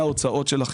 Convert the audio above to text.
התקשורת.